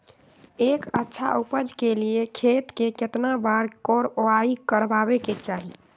एक अच्छा उपज के लिए खेत के केतना बार कओराई करबआबे के चाहि?